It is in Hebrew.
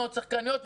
שחקניות.